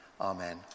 Amen